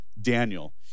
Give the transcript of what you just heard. Daniel